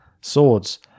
Swords